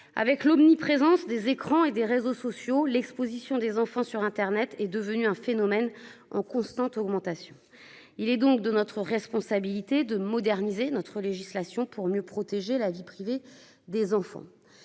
avec l'omniprésence des écrans et des réseaux sociaux, l'exposition des enfants sur internet est un phénomène en constante augmentation. Il est de notre responsabilité de moderniser notre législation pour mieux protéger leur vie privée.